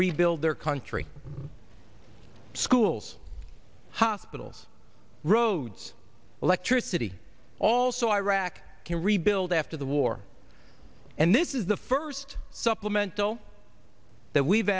rebuild their country schools hospitals roads electricity also iraq can rebuild after the war and this is the first supplemental that we've